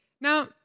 Now